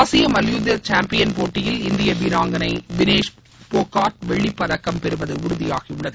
ஆசிய மல்யுத்த சேம்பியன் போட்டியில் இந்திய வீராங்கனை வினேஷ் போக்காட் வெள்ளி பதக்கம் பெறுவது உறுதியாகியுள்ளது